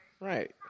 right